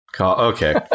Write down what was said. Okay